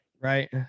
Right